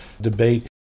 debate